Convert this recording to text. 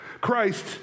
Christ